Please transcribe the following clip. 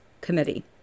committee